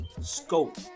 scope